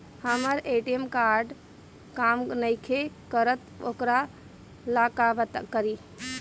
हमर ATM card काम नईखे करत वोकरा ला का करी?